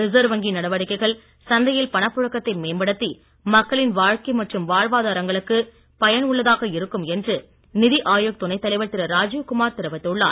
reserve வங்கியின் நடவடிக்கைகள் சந்தையில் பணப் புழக்கத்தை மேம்படுத்தி மக்களின் வாழ்க்கை மற்றும் வாழ்வாதாரங்களுக்கு பயன் உள்ளதாக இருக்கும் என்று நிதி ஆயோக் துணைத் தலைவர் திரு ராஜீவ் குமார் தெரிவித்துள்ளார்